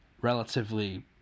relatively